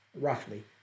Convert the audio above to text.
roughly